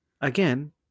Again